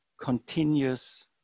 continuous